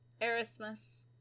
Erasmus